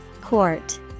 Court